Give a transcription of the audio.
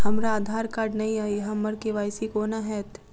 हमरा आधार कार्ड नै अई हम्मर के.वाई.सी कोना हैत?